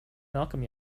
malcolm